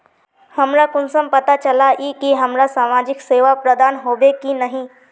हमरा कुंसम पता चला इ की हमरा समाजिक सेवा प्रदान होबे की नहीं?